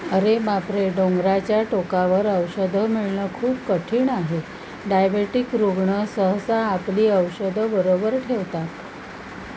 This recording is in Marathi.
अरे बापरे डोंगराच्या टोकावर औषधं मिळणं खूप कठीण आहे डायबेटिक रुग्ण सहसा आपली औषधं बरोबर ठेवतात